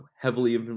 heavily